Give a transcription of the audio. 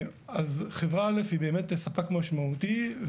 חברה א' היא באמת ספק משמעותי.